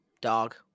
dog